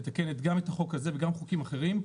אשר מתקנת גם את החוק הזה וגם חוקים אחרים,